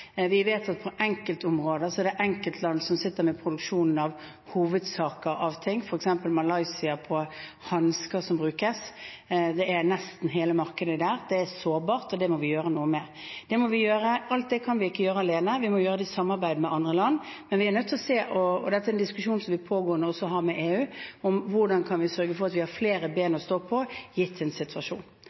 Vi vet at på enkeltområder er det enkeltland som sitter med hoveddelen av produksjonen, f.eks. Malaysia når det gjelder hansker som brukes. Det er nesten hele markedet der. Det er sårbart, og det må vi gjøre noe med. Alt det kan vi ikke gjøre alene, vi må gjøre det i samarbeid med andre land. Dette er en pågående diskusjon vi har også med EU, om hvordan vi kan sørge for at vi har flere ben å stå på gitt en slik situasjon.